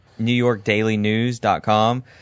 NewYorkDailyNews.com